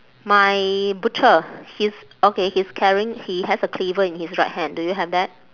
my butcher he's okay he's carrying he has a cleaver in his right hand do you have that